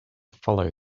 follow